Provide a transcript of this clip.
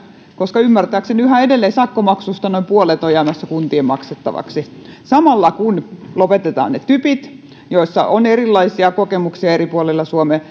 koska ymmärtääkseni yhä edelleen sakkomaksuista noin puolet on jäämässä kuntien maksettavaksi samalla kun lopetetaan ne typit joista on erilaisia kokemuksia eri puolilla suomea